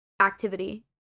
activity